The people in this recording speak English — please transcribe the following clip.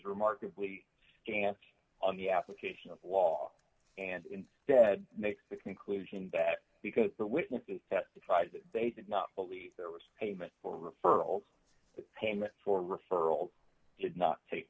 remarkably camp on the application of law and instead makes the conclusion that because the witnesses testified that they did not believe there was payment for referrals the payment for referral did not take